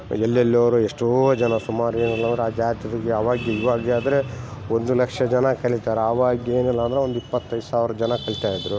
ಎಲ್ಲೆಲ್ಲೋರೋ ಎಷ್ಟೋ ಜನ ಸುಮಾರು ಏನಿಲ್ಲಾಂದರೆ ಆ ಜಾತ್ರೆಗೆ ಅವಾಗೇ ಇವಾಗಾದ್ರೆ ಒಂದು ಲಕ್ಷ ಜನ ಕಲಿತಾರ ಆವಾಗ ಏನಿಲ್ಲಾಂದರು ಒಂದು ಇಪ್ಪತೈದು ಸಾವ್ರ ಜನ ಕಲಿತಾ ಇದ್ರು